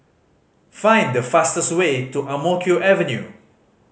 find the fastest way to Ang Mo Kio Avenue